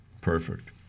Perfect